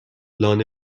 لانه